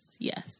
Yes